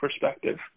perspective